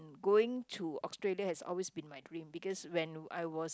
going to Australia has always been my dream because when I was